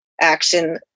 action